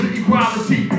equality